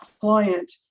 client